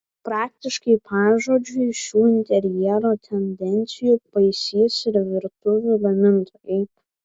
praktiškai pažodžiui šių interjero tendencijų paisys ir virtuvių gamintojai